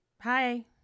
Hi